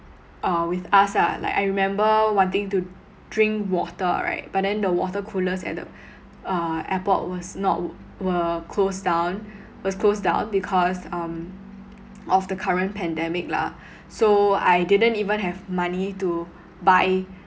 uh with us ah like I remember wanting to drink water right but then the water coolers at the uh airport was not were closed down was closed down because um of the current pandemic lah so I didn't even have money to buy